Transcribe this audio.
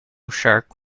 shark